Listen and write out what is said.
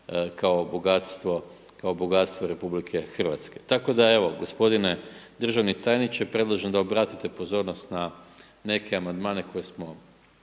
kao bogatstvo Republike Hrvatske. Tako da evo, gospodine državni tajniče, predlažem da obratite pozornost na neke amandmane koje smo